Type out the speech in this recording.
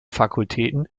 fakultäten